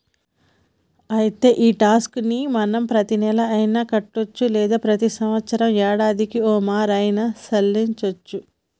అయితే ఈ టాక్స్ ని మనం ప్రతీనెల అయిన కట్టొచ్చు లేదా ప్రతి సంవత్సరం యాడాదికి ఓమారు ఆయిన సెల్లించోచ్చు